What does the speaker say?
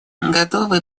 готовы